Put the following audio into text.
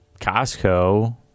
Costco